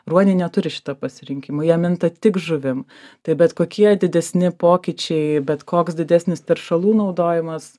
ruoniai neturi šito pasirinkimo jie minta tik žuvim tai bet kokie didesni pokyčiai bet koks didesnis teršalų naudojimas